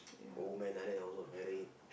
old man like that also married